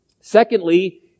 Secondly